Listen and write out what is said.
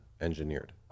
engineered